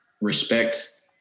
respect